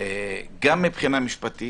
גם מבחינה משפטית,